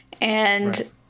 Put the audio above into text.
And-